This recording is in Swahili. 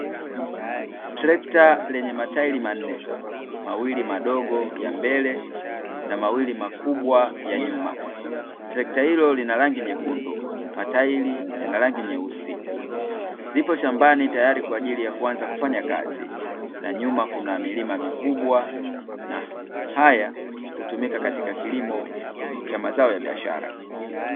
Trekta yenye mataili manne mawili madogo ya mbele na mawili makubwa ya nyuma. Trekta hilo lina rangi nyekundu, mataili yana rangi nyeusi, lipo shambani tayari kwa ajili ya kuanza kufanya kazi na nyuma kuna milima mikubwa, na haya hutumika katika kilimo cha mazao ya biashara.